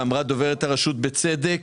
אמרה דוברת הרשות בצדק,